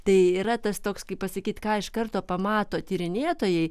tai yra tas toks kaip pasakyt ką iš karto pamato tyrinėtojai